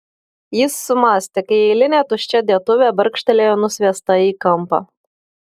jis sumąstė kai eilinė tuščia dėtuvė barkštelėjo nusviesta į kampą